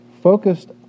focused